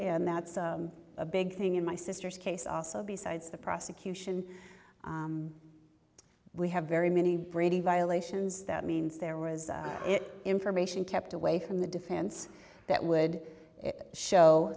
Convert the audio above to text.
and that's a big thing in my sister's case also besides the prosecution we have very many brady violations that means there was information kept away from the defense that would show